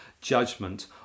judgment